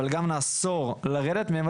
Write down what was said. אבל גם נאסור לרדת מהן,